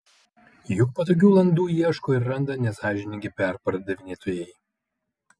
juk patogių landų ieško ir randa nesąžiningi perpardavinėtojai